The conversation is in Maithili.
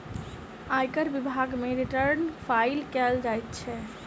आयकर विभाग मे रिटर्न फाइल कयल जाइत छै